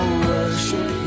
worship